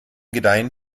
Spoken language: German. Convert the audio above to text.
gedeihen